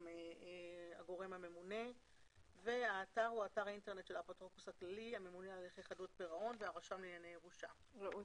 הגורם הממונה הוא הממונה על הליכי חדלות פירעון ושיקום כלכלי.